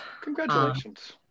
Congratulations